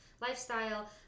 lifestyle